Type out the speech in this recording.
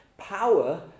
power